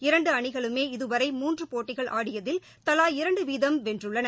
இரண்டு அணிகளுமே இதுவரை மூன்று போட்டிகள் ஆடியதில் தவா இரண்டு வீதம் வென்றுள்ளன